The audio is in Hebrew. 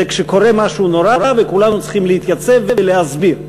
כשקורה משהו נורא וכולנו צריכים להתייצב ולהסביר.